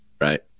right